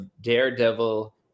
daredevil